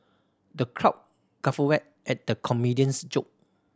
the crowd guffawed at the comedian's joke